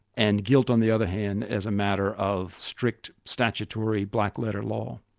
and guilt on the other hand as a matter of strict, statutory black-letter law.